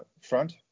front